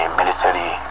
military